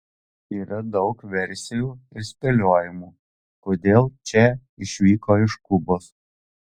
yra daug versijų ir spėliojimų kodėl če išvyko iš kubos